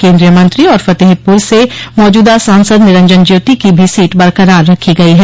केन्द्रीय मंत्री और फतेहपुर से मौजूदा सांसद निरंजन ज्योति की भी सीट बरकरार रखी गयी है